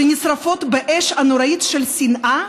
שנשרפות באש הנוראית של שנאה?